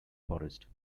forest